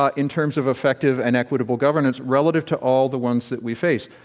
ah in terms of effective and equitable governance relative to all the ones that we face.